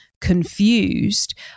confused